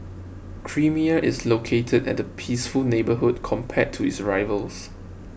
creamier is located at a peaceful neighbourhood compared to its rivals